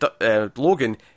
Logan